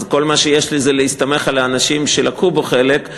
וכל מה שיש לי זה להסתמך על האנשים שלקחו בו חלק,